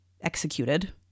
executed